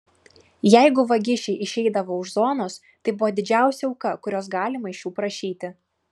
jeigu vagišiai išeidavo už zonos tai buvo didžiausia auka kurios galima iš jų prašyti